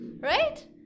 Right